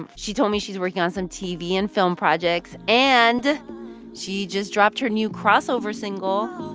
and she told me she's working on some tv and film projects, and she just dropped her new crossover single,